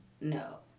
no